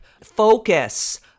focus